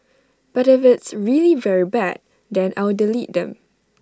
but if it's really very bad then I'll delete them